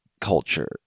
culture